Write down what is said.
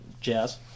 jazz